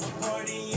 party